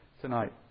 tonight